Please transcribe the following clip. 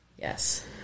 Yes